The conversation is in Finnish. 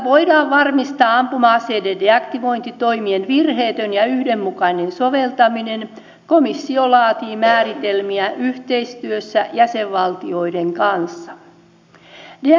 jotta voidaan varmistaa ampuma aseiden deaktivointitoimien virheetön ja yhdenmukainen soveltaminen komissio laatii määritelmiä yhteistyössä jäsenvaltioiden kanssa